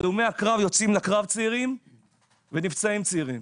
הלומי הקרב יוצאים לקרב צעירים ונפצעים צעירים.